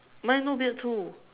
mine no beard too